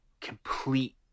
complete